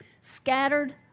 scattered